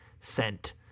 sent